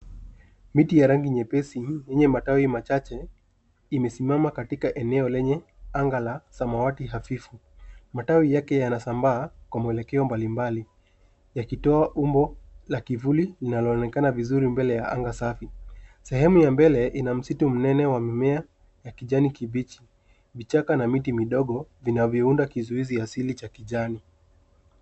Miti ya rangi nyepesi yenye matawi machache imesimama katika eneo lenye anga la samawati hafifu. Matawi yake yanasambaa kwa mwelekeo mbalimbali yakitoa umbo la kivuli linaloonekana vizuri mbele ya anga safi. Sehemu ya mbele ina msitu mnene wa mimea ya kijani kibichi vichaka na miti midogo vinavyounda kizuizi asili cha kijani.